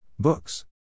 Books